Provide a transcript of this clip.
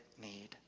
need